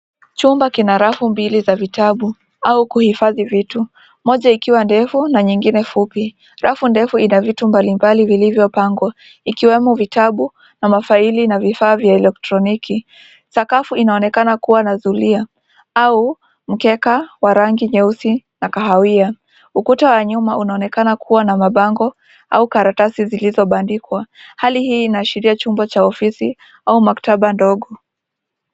Chumba kina rafu mbili za vitabu au kuhifadhi vitu. Moja ikiwa ndefu na nyingine fupi. Rafu ndefu ina vitu mbalimbali vilivyopangwa ikiwemo vitabu na mafaili na vifaa vya elektroniki. Sakafu inaonekana kuwa na zulia au mkeka wa rangi nyeusi na kahawia. Ukuta wa nyuma, unaonekana kuwa na mabango au karatasi zilizobandikwa. Hali hii inaashiria chumba cha ofisi au maktaba ndogo.